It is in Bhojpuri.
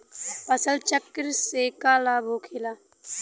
फसल चक्र से का लाभ होखेला?